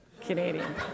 Canadian